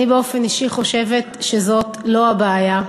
אני באופן אישי חושבת שזאת לא הבעיה.